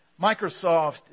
Microsoft